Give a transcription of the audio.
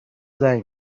زنگ